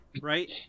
right